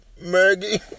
Maggie